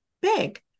big